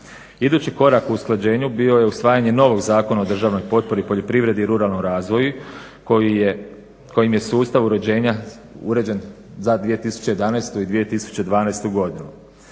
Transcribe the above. Idući korak u usklađenju bio je usvajanje novog Zakona o državnoj potpori poljoprivredi i ruralnom razvoju kojim je sustav uređen za 2011. i 2012. godinu.